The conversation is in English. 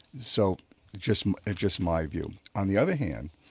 so just ah just my view. on the other hand,